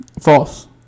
False